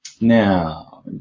Now